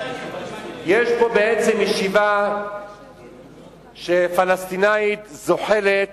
יש פה בעצם שיבה פלסטינית זוחלת